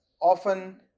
often